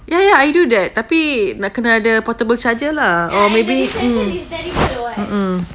ya ya I do that tapi nak kena ada portable charger lah or maybe mm mm mm